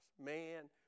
Man